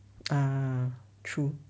ah true